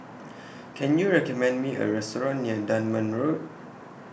Can YOU recommend Me A Restaurant near Dunman Road